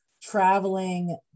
traveling